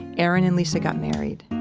erin and lisa got married.